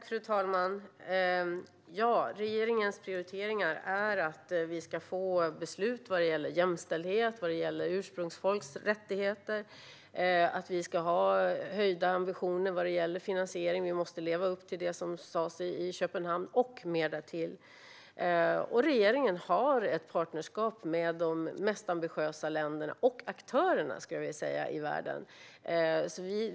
Fru talman! Regeringens prioriteringar är att vi ska få beslut vad gäller jämställdhet och ursprungsfolks rättigheter och att vi ska ha höjda ambitioner vad gäller finansiering. Vi måste leva upp till det som sas i Köpenhamn och mer därtill. Regeringen har ett partnerskap med de ambitiösaste länderna och aktörerna i världen.